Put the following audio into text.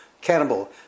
cannibal